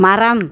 மரம்